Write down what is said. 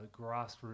grassroots